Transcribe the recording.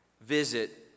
visit